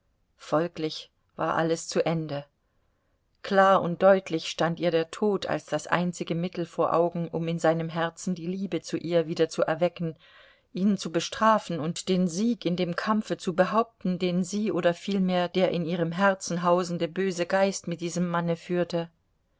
folglich war alles zu ende klar und deutlich stand ihr der tod als das einzige mittel vor augen um in seinem herzen die liebe zu ihr wieder zu erwecken ihn zu bestrafen und den sieg in dem kampfe zu behaupten den sie oder vielmehr der in ihrem herzen hausende böse geist mit diesem manne führte